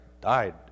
died